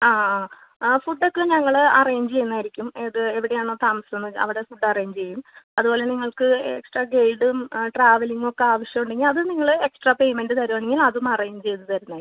ആ ആ ആ ഫുഡ്ഡ് ഒക്കെ ഞങ്ങൾ അറേഞ്ച് ചെയ്യുന്നതായിരിക്കും ഏത് എവിടെയാണോ താമസം എന്ന് വെച്ചാൽ അവിടെ ഫുഡ്ഡ് അറേഞ്ച് ചെയ്യും അതുപോലെ നിങ്ങൾക്ക് എക്സ്ട്രാ ഗേയ്ഡും ട്രാവലിങ്ങൊക്കെ ആവശ്യമുണ്ടെങ്കിൽ അത് നിങ്ങൾ എക്സ്ട്രാ പേമെൻറ്റ് തരുകയാണെങ്കിൽ അതും അറേഞ്ച് ചെയ്ത് തരുന്നതായിരിക്കും